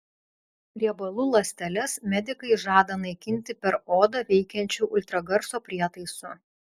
riebalų ląsteles medikai žada naikinti per odą veikiančiu ultragarso prietaisu